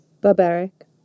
barbaric